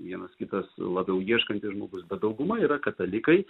vienas kitas labiau ieškantis žmogus bet dauguma yra katalikai